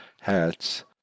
hats